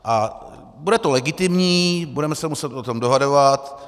A bude to legitimní, budeme se muset o tom dohadovat.